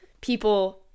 people